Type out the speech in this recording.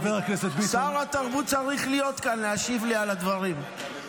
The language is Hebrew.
שר התרבות צריך להית כאן להשיב לי על הדברים.